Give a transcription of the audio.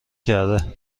کرده